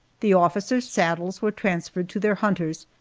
the officers' saddles were transferred to their hunters,